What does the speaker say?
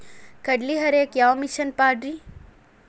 ಕಡ್ಲಿ ಹರಿಯಾಕ ಯಾವ ಮಿಷನ್ ಪಾಡ್ರೇ?